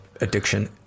addiction